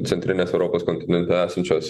centrinės europos kontinente esančios